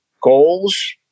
goals